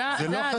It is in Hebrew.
אתה יודע